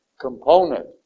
component